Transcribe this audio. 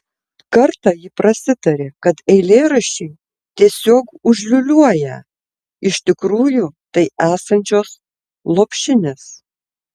kartą ji prasitarė kad eilėraščiai tiesiog užliūliuoją iš tikrųjų tai esančios lopšinės